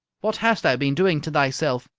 what hast thou been doing to thyself?